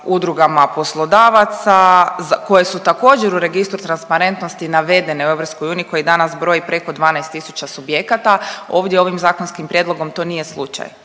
udrugama poslodavaca, koja su također u registru transparentnosti navedene u EU koji danas broji preko 12 tisuća subjekata. Ovdje ovim zakonskim prijedlogom to nije slučaj.